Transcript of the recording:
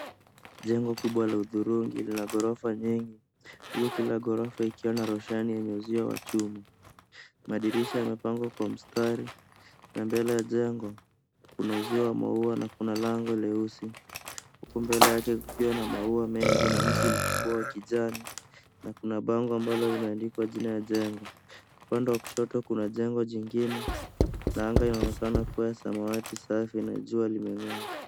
Jengo kubwa la udhurungi na ghorofa nyingi, huku kila ghorofa ikiwa na roshani yenye uzio wa chuma. Madirisha yamepangwa kwa mstari na mbele ya jengo, kuna uzio wa maua na kuna lango leusi, huku mbele yake kukiwa na maua mengi na mti mkubwa wa kijani na kuna bango ambalo limeandikwa jina ya jengo. Upande wa kushoto kuna jengo jingine na anga inaonekana kuwa ya samawati safi na jua limeng'aa.